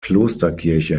klosterkirche